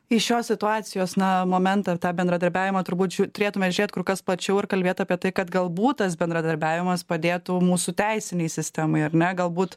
iš šios situacijos na momentą ar tą bendradarbiavimą turbūt turėtume žiūrėti kur kas plačiau ir kalbėti apie tai kad galbūt tas bendradarbiavimas padėtų mūsų teisinei sistemai ar ne galbūt